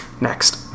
Next